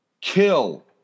kill